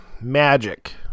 magic